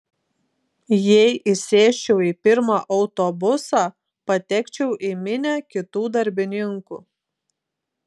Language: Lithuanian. jei įsėsčiau į pirmą autobusą patekčiau į minią kitų darbininkų